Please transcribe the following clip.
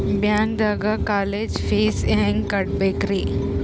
ಬ್ಯಾಂಕ್ದಾಗ college fees ಹೆಂಗ್ ಕಟ್ಟ್ಬೇಕ್ರಿ?